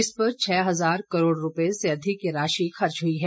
इस पर छह हजार करोड़ रुपये से अधिक की राशि खर्च हुई है